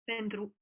Pentru